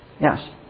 Yes